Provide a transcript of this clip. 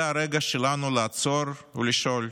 זה הרגע שלנו לעצור ולשאול: